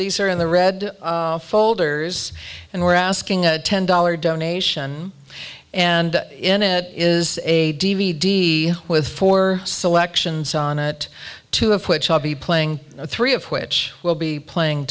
these are in the red folders and we're asking a ten dollar donation and in it is a d v d with four selections on it two of which i'll be playing three of which will be playing